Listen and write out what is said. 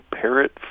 parrot